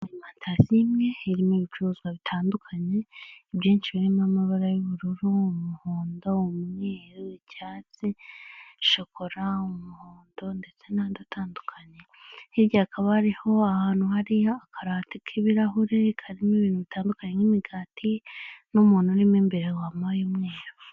Arimantasiyo imwe irimo ibicuruzwa bitandukanye, ibyinshi birimo amabara y'ubururu, umuhondo, umweru, icyatsi, shokora, umuhondo ndetse n'andi atandukanye, hirya hakaba hariho ahantu hari akarate k'ibirahure karimo ibintu bitandukanye nk'imigati n'umuntu urimo imbere wambaye umweru.